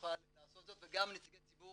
נוכל לעשות זאת, וגם נציגי ציבור